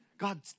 God